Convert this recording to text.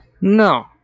No